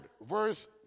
verse